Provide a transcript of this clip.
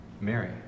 Mary